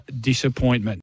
disappointment